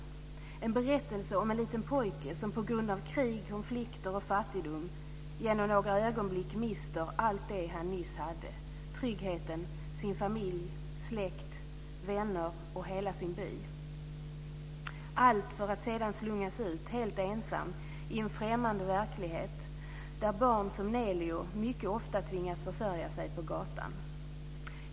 Det är en berättelse om en liten pojke som på grund av krig, konflikter och fattigdom på några ögonblick mister allt det han nyss hade - tryggheten, sin familj, släkt, vänner och hela sin by - allt för att sedan slungas ut helt ensam i en främmande verklighet där barn som Nelio mycket ofta tvingas försörja sig på gatan.